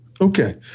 Okay